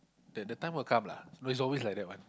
then the time will come lah no it's always like that one